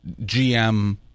GM